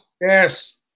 Yes